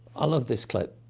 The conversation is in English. i love this clip.